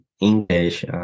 English